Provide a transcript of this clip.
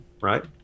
right